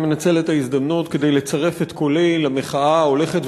אני מנצל את ההזדמנות כדי לצרף את קולי למחאה ההולכת